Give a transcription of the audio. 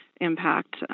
impact